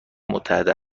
متحده